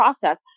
process